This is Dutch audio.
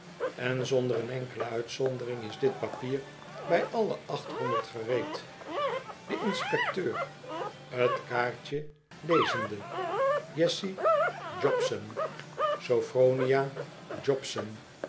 en zonder een enkele uitzondering is dit papier bij alle achthonderd gereed de inspecteur t kaartje lezende jessie jobson soplironia jobson jessie